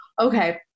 okay